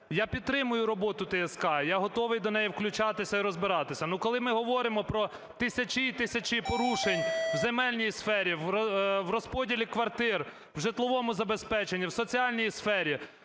Я підтримую роботу ТСК, я готовий до неї включатися і розбиратися, но коли ми говоримо про тисячі і тисячі порушень в земельній сфері, в розподілі квартир, в житловому забезпеченні, в соціальній сфері,